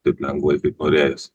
taip lengvai kaip arėjas